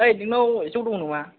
ओइ नोंनाव जौ दं नामा